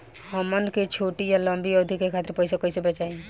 हमन के छोटी या लंबी अवधि के खातिर पैसा कैसे बचाइब?